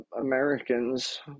Americans